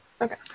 Okay